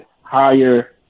higher